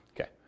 Okay